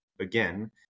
again